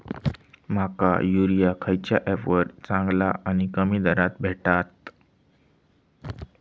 माका युरिया खयच्या ऍपवर चांगला आणि कमी दरात भेटात?